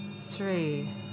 three